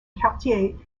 quartiers